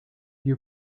you